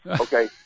okay